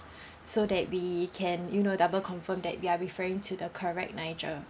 so that we can you know double confirm that they are referring to the correct nigel